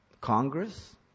Congress